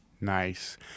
Nice